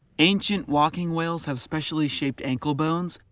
ancient walking whales have specially shaped ankle bones,